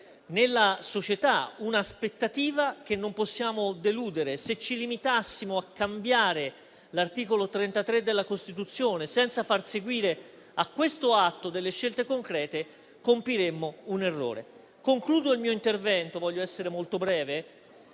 nella società c'è un'aspettativa che non possiamo deludere. Se ci limitassimo a cambiare l'articolo 33 della Costituzione senza far seguire a questo atto delle scelte concrete, compiremmo un errore. Concludo il mio intervento - desidero essere molto breve